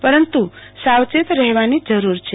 પરંતુ સાવચેત રહેવાની જરૂર છે